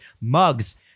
mugs